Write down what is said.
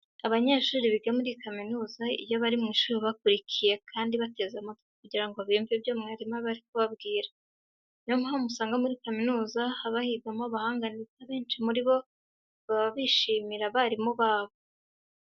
Abanyeshuri biga muri kaminuza iyo bari mu ishuri baba bakurikiye kandi bateze amatwi kugira ngo bumve ibyo mwarimu aba ari kubabwira. Ni yo mpamvu usanga muri kaminuza haba higamo abahanga ndetse abenshi muri bo baba bishimira abarimu babo.